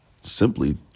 simply